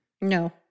No